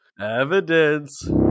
Evidence